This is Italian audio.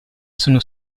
sono